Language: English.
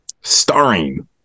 starring